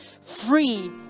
free